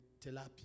tilapia